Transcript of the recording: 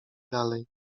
dalej